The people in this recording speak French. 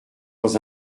dans